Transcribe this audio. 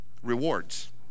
Rewards